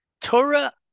Torah